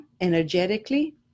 energetically